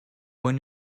when